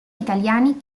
italiani